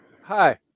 Hi